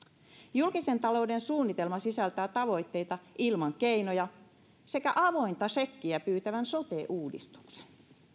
julkisen talouden suunnitelma sisältää tavoitteita ilman keinoja sekä avointa sekkiä pyytävän sote uudistuksen